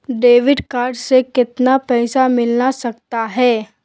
Debit card से कितने पैसे मिलना सकता हैं?